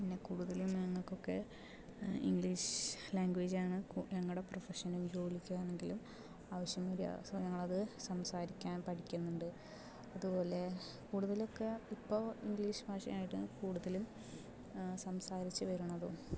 പിന്നെ കൂടുതലും ഞങ്ങൾക്ക് ഒക്കെ ഇംഗ്ലീഷ് ലാംഗ്വേജാണ് ഞങ്ങളുടെ പ്രൊഫഷനും ജോലിക്ക് ആണെങ്കിലും ആവശ്യം വരിക സൊ നമ്മൾ അത് സംസാരിക്കാൻ പഠിക്കുന്നുണ്ട് അതുപോലെ കൂടുതലൊക്കെ ഇപ്പോൾ ഇംഗ്ലീഷ് ഭാഷയാണ് കൂടുതലും സംസാരിച്ച് വരണതും